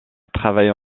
travailler